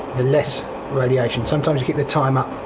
the less radiation. sometimes you keep the time up,